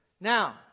Now